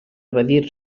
evadir